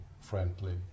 friendly